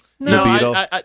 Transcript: No